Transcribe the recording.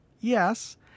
Yes